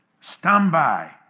standby